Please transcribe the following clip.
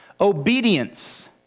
Obedience